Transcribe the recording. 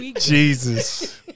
Jesus